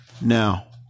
Now